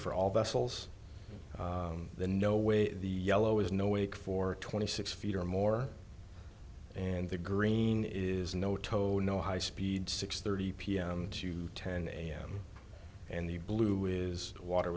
for all vessels the no way the yellow is no wait for twenty six feet or more and the green is no toe no high speed six thirty p m to ten a m and the blue is water